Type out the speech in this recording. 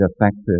effective